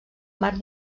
marc